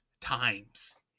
times